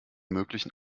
möglichen